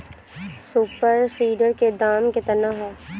Super seeder के दाम केतना ह?